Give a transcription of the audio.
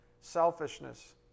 selfishness